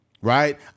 Right